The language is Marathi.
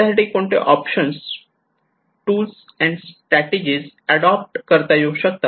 त्यासाठी कोणते options tool and strategy adopt करता येऊ शकतात